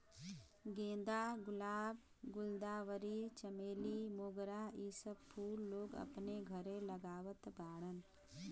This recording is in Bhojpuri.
गेंदा, गुलाब, गुलदावरी, चमेली, मोगरा इ सब फूल लोग अपने घरे लगावत बाड़न